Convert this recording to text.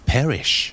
Perish